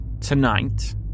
Tonight